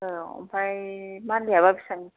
औ आमफ्राय मान्थलिआबा बेसेबां